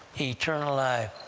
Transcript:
eternal life,